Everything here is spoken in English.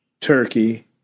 turkey